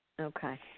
Okay